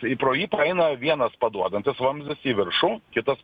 ir pro jį praeina vienas paduodantis vamzdis į viršų kitas